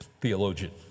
theologian